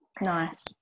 Nice